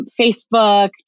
Facebook